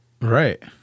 Right